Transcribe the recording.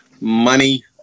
money